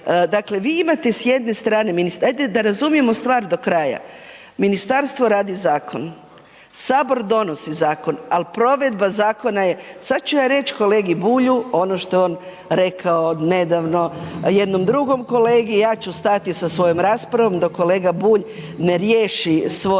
dakle, vi imate s jedne strane, ajde da razumijemo stvar do kraja. Ministarstvo radi zakon, HS donosi zakon, al provedba zakona je, sad ću ja reći kolegi Bulju ono što je on rekao nedavno jednom drugom kolegi, ja ću stati sa svojom raspravom dok kolega Bulj ne riješi svoje